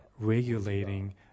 regulating